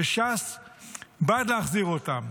שש"ס בעד להחזיר אותם.